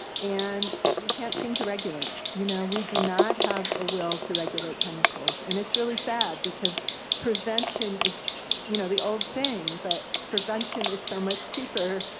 and we can't seem to regulate it. you know we do not have a will to regulate chemicals, and it's really sad, because prevention is you know the old thing, but prevention is so much cheaper.